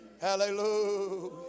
hallelujah